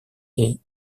est